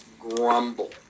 grumble